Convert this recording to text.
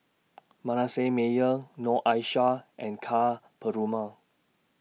Manasseh Meyer Noor Aishah and Ka Perumal